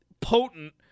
potent